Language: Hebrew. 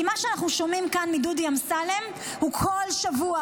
כי מה שאנחנו שומעים כאן מדודי אמסלם הוא כל שבוע